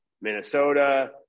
Minnesota